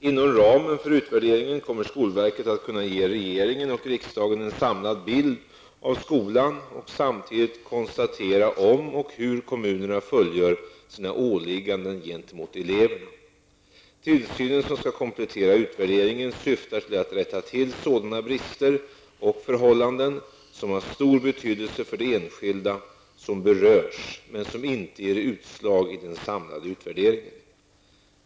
Inom ramen för utvärderingen kommer skolverket att kunna ge regering och riksdag en samlad bild av skolan och samtidigt konstatera om och hur kommunerna fullgör sina åligganden gentemot eleverna. Tillsynen som skall komplettera utvärderingen syftar till att rätta till sådana brister och förhållanden som har stor betydelse för de enskilda som berörs men som inte ger utslag i den samlade utvärderingen.